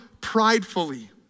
pridefully